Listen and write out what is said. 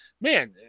man